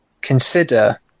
consider